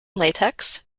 latex